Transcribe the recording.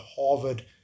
Harvard